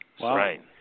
Right